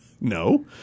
No